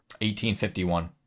1851